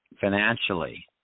financially